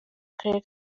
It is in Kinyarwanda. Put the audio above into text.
karere